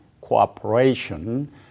cooperation